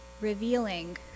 revealing